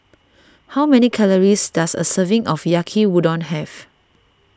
how many calories does a serving of Yaki Udon have